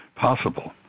possible